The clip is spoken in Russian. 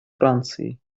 францией